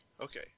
Okay